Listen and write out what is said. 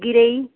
गरई